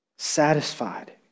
satisfied